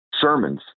sermons